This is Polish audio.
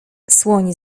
słoń